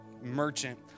merchant